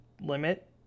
limit